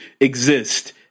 exist